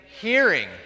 hearing